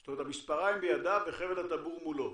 זאת אומרת המספריים בידיו וחבל הטבור מולו.